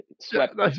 swept